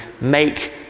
make